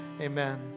amen